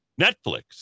Netflix